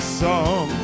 song